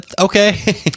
okay